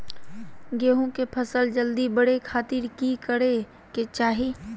गेहूं के फसल जल्दी बड़े खातिर की करे के चाही?